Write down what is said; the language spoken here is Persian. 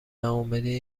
واومدین